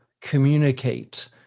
communicate